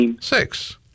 six